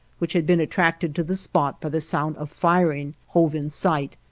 which had been attracted to the spot by the sound of firing, hove in sight,